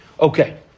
Okay